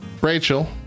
Rachel